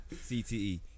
C-T-E